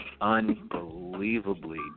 unbelievably